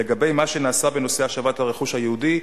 3. לגבי מה שנעשה בנושא השבת הרכוש היהודי,